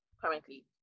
Currently